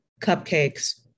Cupcakes